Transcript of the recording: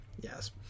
Yes